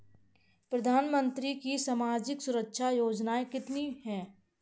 प्रधानमंत्री की सामाजिक सुरक्षा योजनाएँ कितनी हैं?